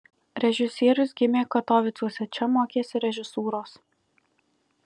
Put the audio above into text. režisierius gimė katovicuose čia mokėsi režisūros